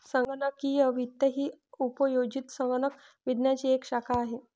संगणकीय वित्त ही उपयोजित संगणक विज्ञानाची एक शाखा आहे